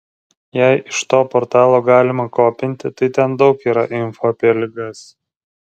jei iš to portalo galima kopinti tai ten daug yra info apie ligas